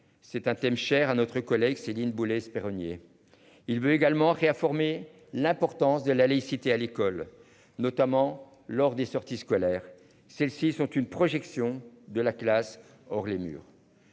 C'est un thème cher à notre collègue Céline Boulay-Espéronnier. Il veut également qui a formé l'importance de la laïcité à l'école, notamment lors des sorties scolaires. Celles-ci sont une projection de la classe hors les murs.